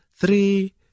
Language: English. three